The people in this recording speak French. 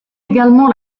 également